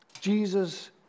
Jesus